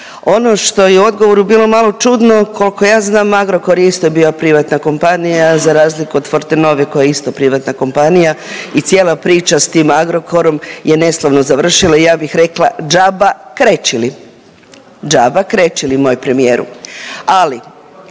Ono što je u odgovoru bilo malo čudno kolko ja znam Agrokor je isto bio privatna kompanija za razliku od Fortanove koja je isto privatna kompanija i cijela priča s tim Agrokorom je neslavno završila, ja bih rekla džaba krečili, džaba krečili moj premijeru. Ali